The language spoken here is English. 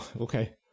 Okay